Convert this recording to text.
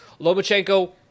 Lomachenko